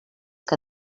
que